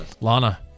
Lana